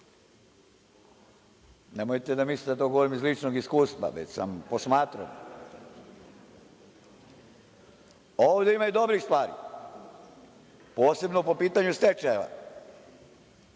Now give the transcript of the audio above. Nemojte da mislite da to govorim iz ličnog iskustva, već sam posmatrao. Ovde ima i dobrih stvari, posebno po pitanju stečaja.